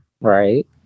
Right